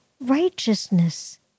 righteousness